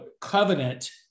covenant